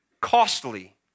costly